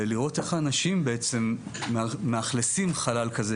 ולראות איך האנשים בעצם מאכלים חלל כזה,